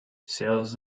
sales